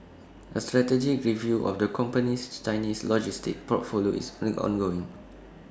A strategic review of the company's Chinese logistics portfolio is ongoing